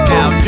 Now